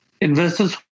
investors